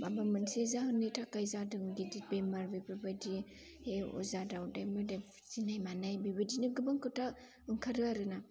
माबा मोनसे जाहोननि थाखाय जादों गिदिर बेमार बेफोरबादि अजा दावदाय मोदाय फुजिनाय मानय बेबायदिनो गोबां खोथा ओंखारो आरोना